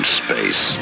space